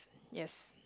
yes